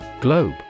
Globe